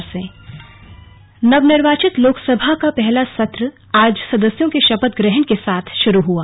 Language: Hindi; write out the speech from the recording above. स्लग लोकसभा सत्र नवनिर्वाचित लोकसभा का पहला सत्र आज सदस्यों के शपथ ग्रहण के साथ शुरू हुआ